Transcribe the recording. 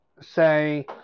say